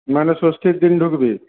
মানে ষষ্ঠীর দিন ঢুকবি